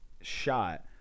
shot